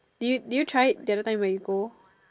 did did you try it the other time when you go